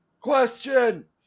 question